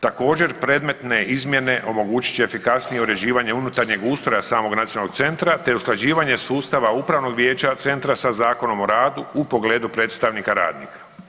Također predmetne izmjene omogućit će efikasnije uređivanje unutarnjeg ustroja samog nacionalnog centra te usklađivanje sustava upravnog vijeća centra sa Zakonom o radu u pogledu predstavnika radnika.